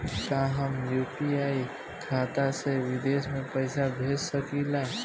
का हम यू.पी.आई खाता से विदेश में पइसा भेज सकिला?